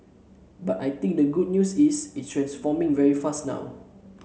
but I think the good news is it's transforming very fast now